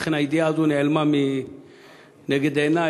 לכן הידיעה הזו נעלמה מנגד עיני,